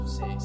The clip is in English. say